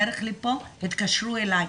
בדרך לפה התקשרו אלי,